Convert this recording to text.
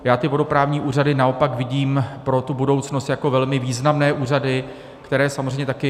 Já ty vodoprávní úřady naopak vidím pro budoucnost jako velmi významné úřady, které samozřejmě také...